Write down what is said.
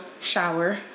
shower